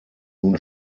nun